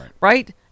right